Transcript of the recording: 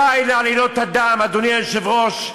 די לעלילות הדם, אדוני היושב-ראש.